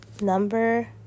Number